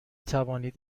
توانید